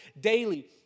daily